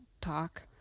talk